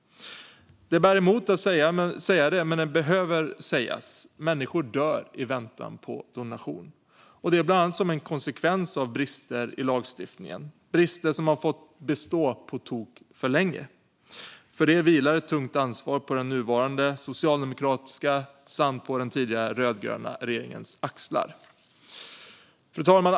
Det bär emot att säga det, men det behöver sägas: Människor dör i väntan på donation, bland annat som en konsekvens av brister i lagstiftningen, brister som har fått bestå på tok för länge. För detta vilar ett tungt ansvar på den nuvarande socialdemokratiska och den tidigare rödgröna regeringens axlar. Fru talman!